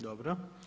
Dobro.